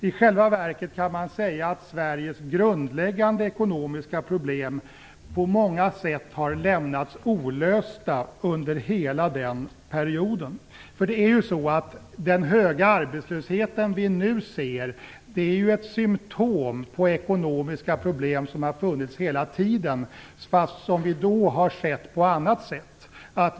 I själva verket kan man säga att Sveriges grundläggande ekonomiska problem på många sätt har lämnats olösta under hela den perioden. Den höga arbetslöshet som vi nu ser är ett symtom på ekonomiska problem som har funnits hela tiden men som vi sett på ett annat sätt.